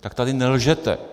Tak tady nelžete.